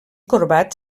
corbat